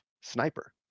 Sniper